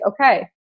okay